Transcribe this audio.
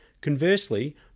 Conversely